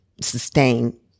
sustain